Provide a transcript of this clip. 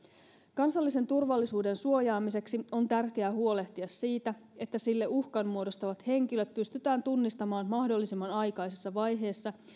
kansallisen turvallisuuden suojaamiseksi on tärkeää huolehtia siitä että sille uhkan muodostavat henkilöt pystytään tunnistamaan mahdollisimman aikaisessa vaiheessa